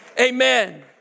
amen